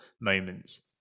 moments